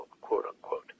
quote-unquote